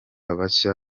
bashya